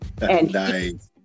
Nice